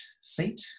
seat